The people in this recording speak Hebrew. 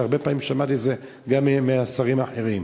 הרבה פעמים שמעתי את זה גם מהשרים האחרים,